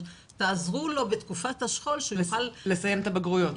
תעזרו לו בתקופת השכול שהוא יוכל לסיים את הבגרויות.